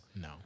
No